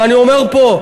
ואני אומר פה,